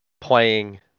playing